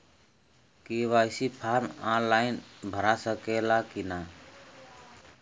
KYC form online भरा सकला की ना?